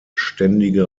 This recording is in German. ständige